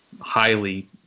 highly